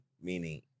meaning